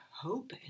hope